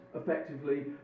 effectively